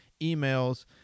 emails